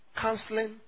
counseling